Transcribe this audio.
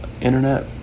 internet